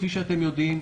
כפי שאתם יודעים,